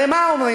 הרי מה אומרים?